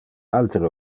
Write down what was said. altere